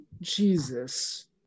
Jesus